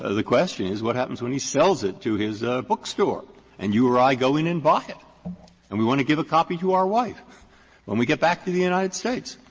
ah the question is what happens when he sells it to his bookstore and you or i go in and buy it and we want to give a copy to our wife when we get back to the united states.